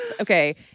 Okay